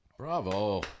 Bravo